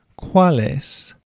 quales